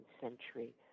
century